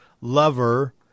lover